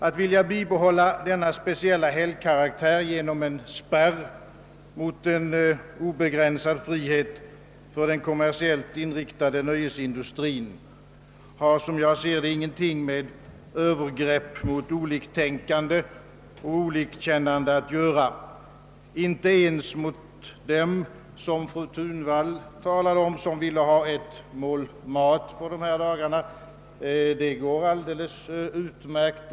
Att vilja bibehålla denna speciella helgkaraktär genom en spärr emot en obegränsad frihet för den kommersiellt inriktade nöjesindustrin har, som jag ser det, inget med övergrepp mot oliktänkande eller olikkännande att göra, inte ens mot dem som fru Thunvall talade om, som ville ha ett mål mat på dessa dagar — det går alldeles utmärkt.